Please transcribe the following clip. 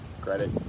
credit